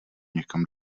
někam